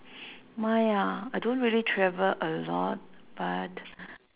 mine ah I don't really travel a lot but